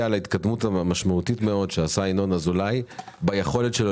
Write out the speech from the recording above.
ההתקדמות המשמעותית מאוד שעשה ינון אזולאי ביכולת שלו